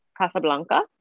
casablanca